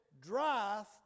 drieth